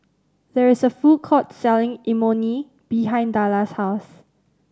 there is a food court selling Imoni behind Dellar's house